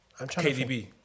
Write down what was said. KDB